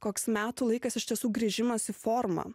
koks metų laikas iš tiesų grįžimas į formą